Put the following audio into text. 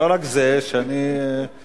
לא רק זה, שאני מקווה,